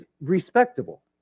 respectable